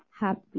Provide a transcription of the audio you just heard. happy